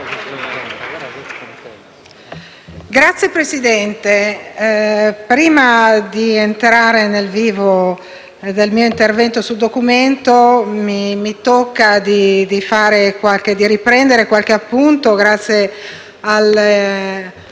Signor Presidente, prima di entrare nel vivo del mio intervento sul Documento mi tocca riprendere qualche appunto, grazie alle